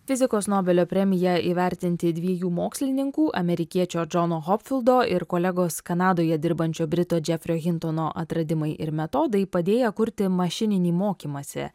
fizikos nobelio premija įvertinti dviejų mokslininkų amerikiečio džono hofildo ir kolegos kanadoje dirbančio brito džefrio hintono atradimai ir metodai padėję kurti mašininį mokymąsi